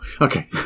Okay